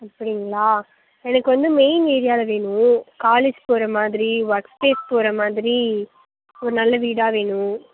அப்படிங்களா எனக்கு வந்து மெயின் ஏரியாவில் வேணும் காலேஜ் போகறமாதிரி ஒர்க் ப்ளேஸ் போகறமாதிரி ஒரு நல்ல வீடாக வேணும்